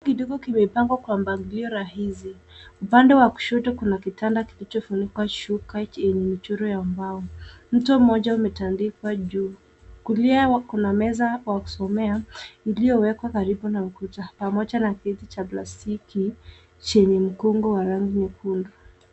Kidogo kimepangwa kwa mpangilio rahisi. Upande wa kushoto kuna kitanda kilichofunikwa shuka yenye mchoro angavu. Mto mmoja umetandikwa juu, kulia kuna meza wa kusomea iliyowekwa karibu na ukuta pamoja na kiti cha plastiki chenye mkungo wa rangi nyekundu.